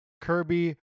Kirby